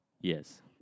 Yes